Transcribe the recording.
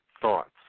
thoughts